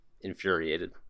infuriated